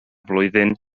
flwyddyn